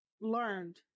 learned